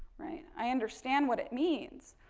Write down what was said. right, i understand what it means.